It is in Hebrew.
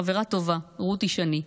חברה טובה, רותי שני,